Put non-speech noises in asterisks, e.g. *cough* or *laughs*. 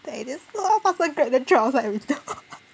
then I just uh faster grab then throw outside the window *laughs*